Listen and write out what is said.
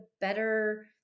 better